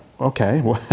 okay